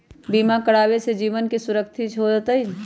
बीमा करावे से जीवन के सुरक्षित हो जतई?